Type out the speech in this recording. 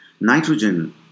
Nitrogen